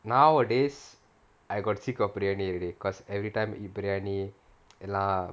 nowadays I got sick of biryani because everytime eat biryani எல்லாம்:ellaam